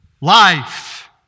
life